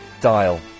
Dial